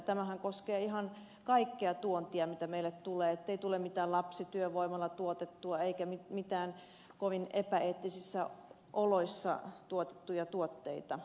tämähän koskee ihan kaikkea tuontia mitä meille tulee ettei tule mitään lapsityövoimalla tuotettua eikä mitään kovin epäeettisissä oloissa tuotettuja tuotteita